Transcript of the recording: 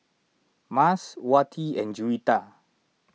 Mas Wati and Juwita